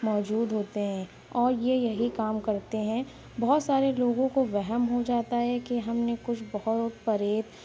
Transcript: موجود ہوتے ہیں اور یہ یہی کام کرتے ہیں بہت سارے لوگوں کو وہم ہو جاتا ہے کہ ہم نے کچھ بھوت پریت